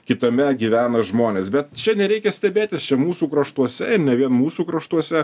kitame gyvena žmonės bet čia nereikia stebėtis čia mūsų kraštuose ir ne vien mūsų kraštuose